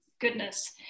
goodness